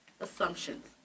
Assumptions